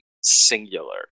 singular